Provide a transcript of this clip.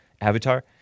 avatar